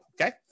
okay